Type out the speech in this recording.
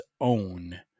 own